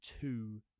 two